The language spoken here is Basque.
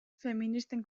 feministen